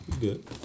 good